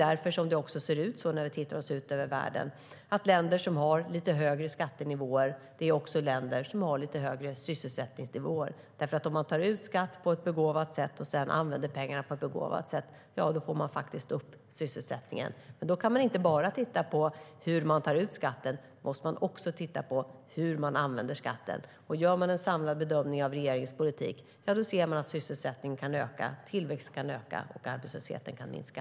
Vi ser när vi tittar ut över världen att länder som har lite högre skattenivåer också är länder som har lite högre sysselsättningsnivåer, därför att om man tar ut skatt på ett begåvat sätt och sedan använder pengarna på ett begåvat sätt får man faktiskt upp sysselsättningen. Men då kan man inte bara titta på hur man tar ut skatten. Man måste också titta på hur man använder skatten. Gör man en samlad bedömning av regeringens politik ser man att sysselsättningen och tillväxten kan öka och arbetslösheten minska.